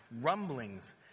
rumblings